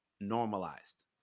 normalized